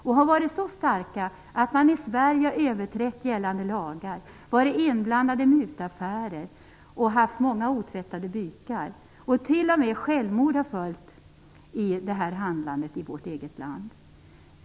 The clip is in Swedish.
De har varit så starka att man i Sverige har överträtt gällande lagar, varit inblandad i mutaffärer och haft många otvättade bykar. T.o.m. självmord har följt i spåren av detta handlande i vårt eget land.